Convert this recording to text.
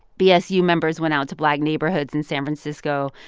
bsu members went out to black neighborhoods in san francisco.